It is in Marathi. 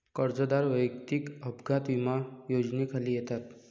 कर्जदार वैयक्तिक अपघात विमा योजनेखाली येतात